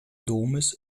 domes